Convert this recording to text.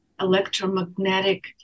electromagnetic